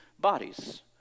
bodies